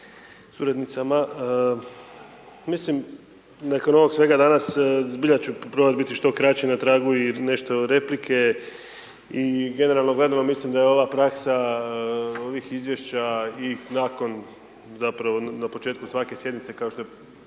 suradnicama, mislim nakon ovog svega dana zbilja ću biti probat što kraći na tragu i nešto replike i generalno gledano mislim da je ova praksa ovih izvješća i nakon zapravo na početku svake sjednice kao što je